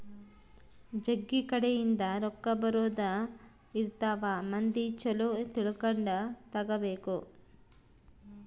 ಜಗ್ಗಿ ಕಡೆ ಇಂದ ರೊಕ್ಕ ಬರೋದ ಇರ್ತವ ಮಂದಿ ಚೊಲೊ ತಿಳ್ಕೊಂಡ ತಗಾಬೇಕು